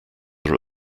are